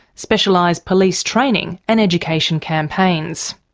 specialised police training and education campaigns.